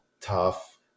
tough